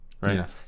right